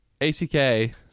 A-C-K